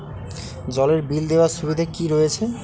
জলের বিল দেওয়ার সুবিধা কি রয়েছে?